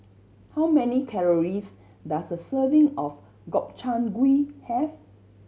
how many calories does a serving of Gobchang Gui have